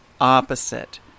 opposite